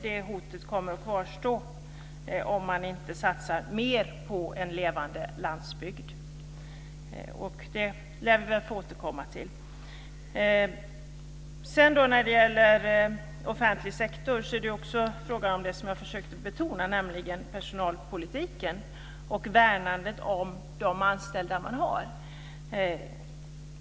Det hotet kommer att kvarstå om man inte satsar mer på en levande landsbygd, och det lär vi ju få återkomma till. När det sedan gäller offentlig sektor är det också en fråga om det som jag betonande, nämligen om personalpolitik och värnandet om de anställda.